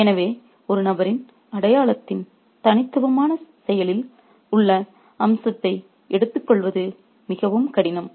எனவே ஒரு நபரின் அடையாளத்தின் தனித்துவமான செயலில் உள்ள அம்சத்தை எடுத்துக்கொள்வது கடினம்